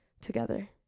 together